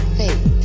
faith